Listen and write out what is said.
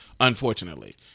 unfortunately